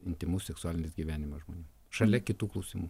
intymus seksualinis gyvenimas žmonių šalia kitų klausimų